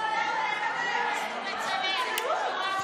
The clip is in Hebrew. מותר לצלם.